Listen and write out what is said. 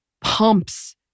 pumps